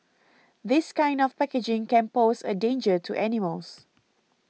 this kind of packaging can pose a danger to animals